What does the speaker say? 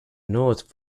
north